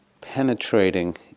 penetrating